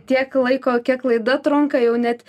tiek laiko kiek laida trunka jau net